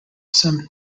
some